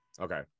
okay